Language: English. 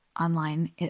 online